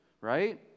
right